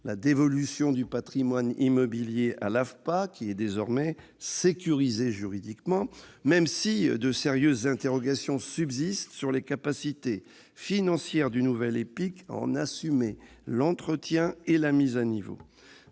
la dévolution du patrimoine immobilier à l'AFPA, qui est désormais sécurisée juridiquement, même si de sérieuses interrogations subsistent sur les capacités financières du nouvel EPIC à en assumer l'entretien et la mise à niveau.